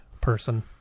person